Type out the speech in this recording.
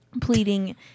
pleading